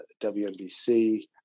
WNBC